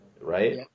right